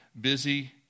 busy